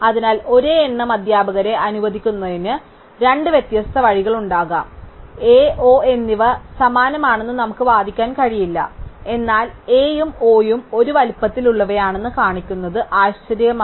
അതിനാൽ ഒരേ എണ്ണം അധ്യാപകരെ അനുവദിക്കുന്നതിന് രണ്ട് വ്യത്യസ്ത വഴികളുണ്ടാകാം അതിനാൽ A O എന്നിവ സമാനമാണെന്ന് നമുക്ക് വാദിക്കാൻ കഴിയില്ല എന്നാൽ A യും O യും ഒരേ വലുപ്പത്തിലുള്ളവയാണെന്ന് കാണിക്കുന്നത് ആശ്ചര്യകരമാണ്